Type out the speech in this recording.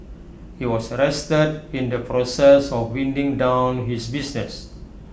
he was arrested in the process of winding down his business